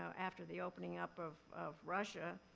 so after the opening up of of russia,